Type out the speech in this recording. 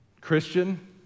Christian